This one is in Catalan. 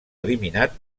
eliminat